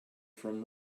from